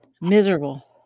Miserable